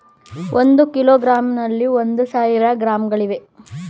ಒಂದು ಕಿಲೋಗ್ರಾಂನಲ್ಲಿ ಒಂದು ಸಾವಿರ ಗ್ರಾಂಗಳಿವೆ